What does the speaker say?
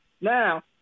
Now